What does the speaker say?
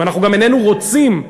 ואנו גם איננו רוצים,